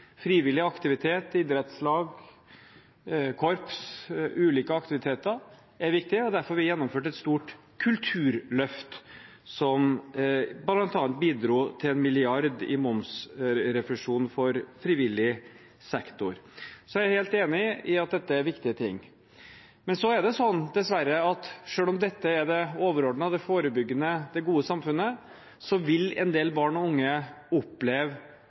frivillig aktivitet, idrettslag, korps, ulike aktiviteter, er viktig. Derfor har vi gjennomført et stort kulturløft som bl.a. bidro til 1 mrd. kr i momsrefusjon for frivillig sektor. Så jeg er helt enig i at dette er viktige ting. Men så er det sånn, dessverre, at selv om dette er det overordnede og det forebyggende, det gode samfunnet, vil en del barn og unge oppleve